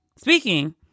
Speaking